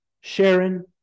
Sharon